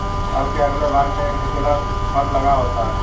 हल के अगले भाग में एक नुकीला फर लगा होता है